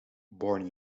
born